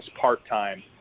part-time